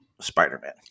Spider-Man